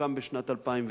הוקם בשנת 2009,